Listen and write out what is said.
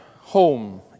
home